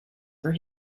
for